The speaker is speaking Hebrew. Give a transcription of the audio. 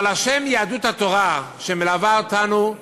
אבל השם יהדות התורה, שמלווה אותנו,